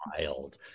wild